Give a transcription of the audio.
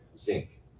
zinc